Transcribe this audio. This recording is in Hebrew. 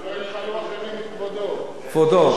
ולא ינחלו אחרים את כבודו, כבודו.